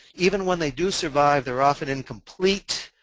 even when they do survive, they're often incomplete,